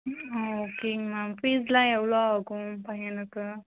ஆ ஓகேங்க மேம் ஃபீஸெலாம் எவ்வளோ ஆகும் பையனுக்கு